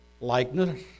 likeness